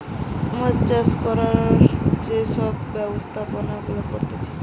মাছ চাষ করার যে সব ব্যবস্থাপনা গুলা করতিছে